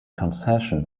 concession